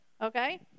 okay